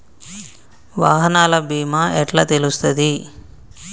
వాహనాల బీమా ఎట్ల తెలుస్తది?